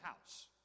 house